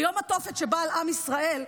ביום התופת שבא על עם ישראל,